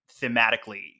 thematically